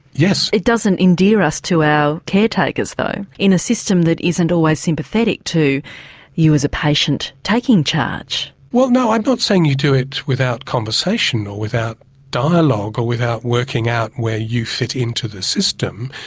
yes. it doesn't endear us to our caretakers though in a system that isn't always sympathetic to you as a patient taking charge. well no, i'm not saying you do it without conversation or without dialogue or without working out where you fit in to the system.